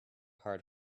hard